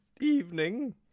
evening